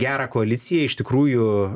gerą koaliciją iš tikrųjų